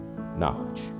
knowledge